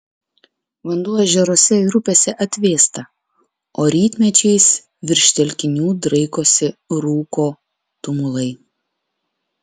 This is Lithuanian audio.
vanduo ežeruose ir upėse atvėsta o rytmečiais virš telkinių draikosi rūko tumulai